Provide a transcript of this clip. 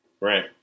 Right